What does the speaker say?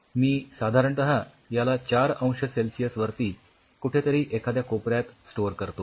मी साधारणतः याला ४अंश सेल्सिअस वरती कुठेतरी एखादया कोपऱ्यात स्टोअर करतो